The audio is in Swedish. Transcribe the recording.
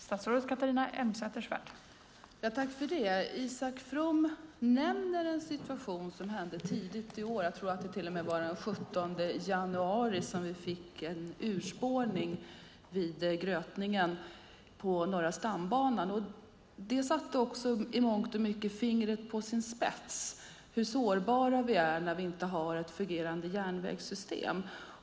Fru talman! Isak From nämner en situation tidigt i år - jag tror att det var den 17 januari - när det skedde en urspårning vid Grötningen på Norra stambanan. Det satte i mångt och mycket saken på sin spets - hur sårbara vi är när vi inte har ett fungerande järnvägssystem.